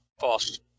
False